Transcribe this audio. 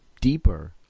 deeper